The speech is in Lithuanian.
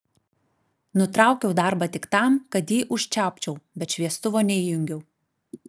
nutraukiau darbą tik tam kad jį užčiaupčiau bet šviestuvo neįjungiau